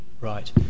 Right